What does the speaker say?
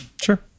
Sure